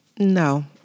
No